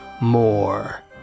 more